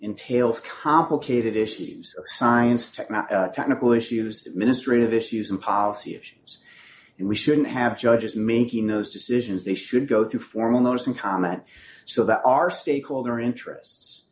entails complicated issues science technique technical issues ministry of issues and policy issues and we shouldn't have judges making those decisions they should go through formal notice and comment so that our stakeholder interests